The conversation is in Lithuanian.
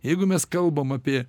jeigu mes kalbam apie